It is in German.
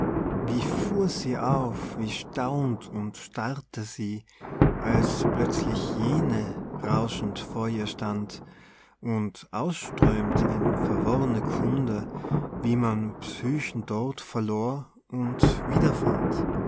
wie fuhr sie auf wie staunt und starrte sie als plötzlich jene rauschend vor ihr stand und ausströmt in verworr'ne kunde wie man psychen dort verlor und wiederfand